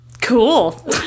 Cool